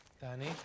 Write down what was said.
Danny